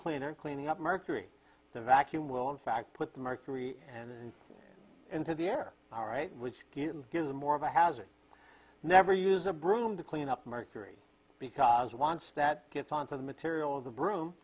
cleaner cleaning up mercury the vacuum will in fact put the mercury and into the air all right which give give them more of a hazard never use a broom to clean up mercury because once that gets onto the material of the broom